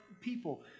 people